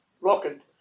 rocket